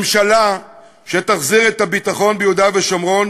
ממשלה שתחזיר את הביטחון ביהודה ושומרון